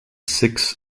six